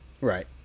Right